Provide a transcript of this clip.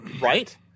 right